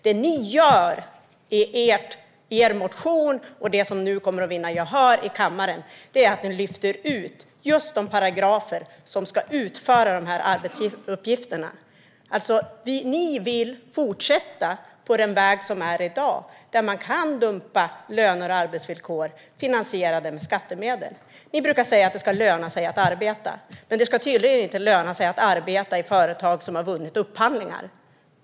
Det ni föreslår i er motion, och som nu kommer att vinna gehör i kammaren, är att lyfta ut de paragrafer som rör dessa arbetsuppgifter. Ni vill fortsätta på den väg som råder i dag, där löner och arbetsvillkor som är finansierade med skattemedel kan dumpas. Ni brukar säga att det ska löna sig att arbeta, men det ska tydligen inte löna sig att arbeta i företag som har vunnit upphandlingar.